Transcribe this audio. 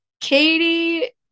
Katie